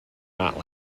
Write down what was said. not